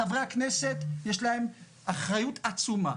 חברי הכנסת יש להם אחריות עצומה.